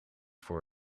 voor